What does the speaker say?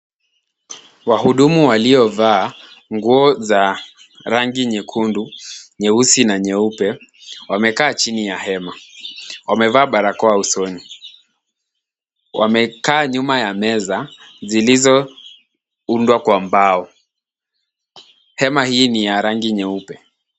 Wahudumu waliovaa nguo za rangi nyekundu, nyeusi na nyeupe wamekaa chini ya hema. Wamevaa barakoa usoni. Wamekaa nyuma ya meza, zilizoundwa kwa mbao. Hema hii ni ya rangi nyeupe.